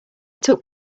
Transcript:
took